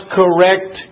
correct